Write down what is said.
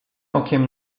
okiem